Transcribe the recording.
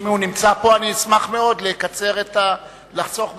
הוא נמצא פה, אשמח מאוד לחסוך בזמן.